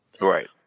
Right